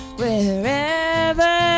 wherever